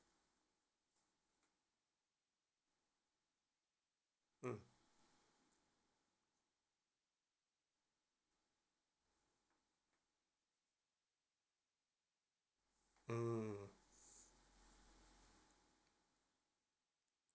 mm mm